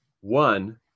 One